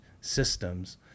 systems